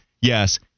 Yes